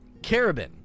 Carabin